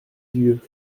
dieu